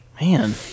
man